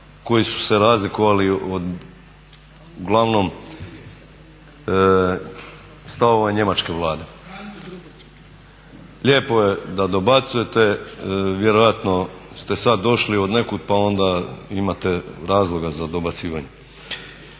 koji su se razlikovali uglavnom od stavova Njemačke vlade. Lijepo je da dobacujete, vjerojatno ste sad došli od nekud pa onda imate razloga za dobacivanje.